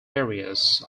areas